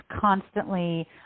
constantly